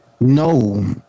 No